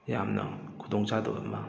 ꯌꯥꯝꯅ ꯈꯨꯗꯣꯡ ꯆꯥꯗꯕ ꯑꯃ